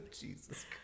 Jesus